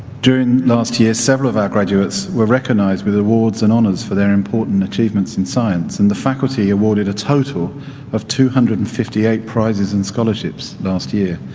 during last year, several of our graduates were recognized with awards and honors for their important achievements in science and the faculty awarded a total of two hundred and fifty eight prizes and scholarships last year.